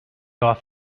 off